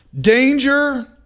danger